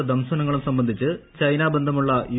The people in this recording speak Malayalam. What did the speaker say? ധാംസനങ്ങളും സംബന്ധിച്ച് ചൈനാ ബന്ധമുള്ള യു